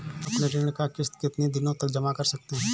अपनी ऋण का किश्त कितनी दिनों तक जमा कर सकते हैं?